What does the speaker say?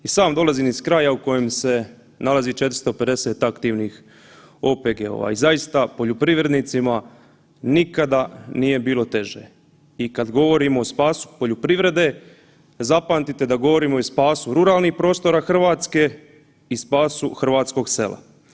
I sam dolazim iz kraja u kojem se nalazi 450 aktivnih OPG-ova i zaista poljoprivrednicima nikada nije bilo teže i kada govorimo o spasu poljoprivrede zapamtite da govorimo o spasu ruralnih prostora Hrvatske i spasu hrvatskog sela.